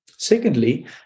Secondly